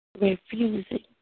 refusing